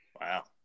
Wow